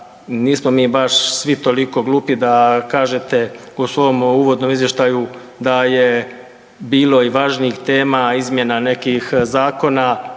nismo mi baš svi toliko glupi da kažete u svom uvodnom izvještaju da je bilo i važnijih tema, izmjena nekih zakona